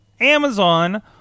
Amazon